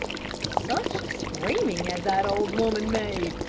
such a screaming as that old woman made!